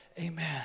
Amen